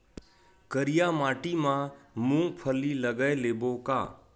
करिया माटी मा मूंग फल्ली लगय लेबों का?